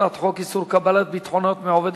הצעת חוק איסור קבלת ביטחונות מעובד,